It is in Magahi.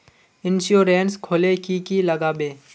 इंश्योरेंस खोले की की लगाबे?